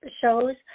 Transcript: shows